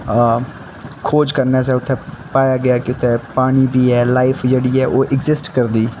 खोज करने आस्तै उत्थै पाया गेआ कि उत्थै पानी बी ऐ लाइफ जेह्ड़ी ऐ ओह् इग्जिस्ट करदी ऐ